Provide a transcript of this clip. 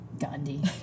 Gandhi